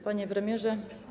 Panie Premierze!